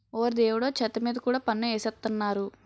ఓరి దేవుడో చెత్త మీద కూడా పన్ను ఎసేత్తన్నారు